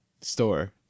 store